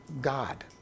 God